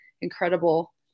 incredible